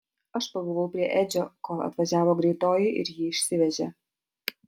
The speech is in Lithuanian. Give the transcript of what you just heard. aš pabuvau prie edžio kol atvažiavo greitoji ir jį išsivežė